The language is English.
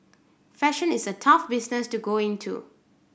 fashion is a tough business to go into